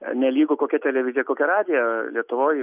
nelygu kokia televizija kokia radija lietuvoj